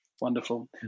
Wonderful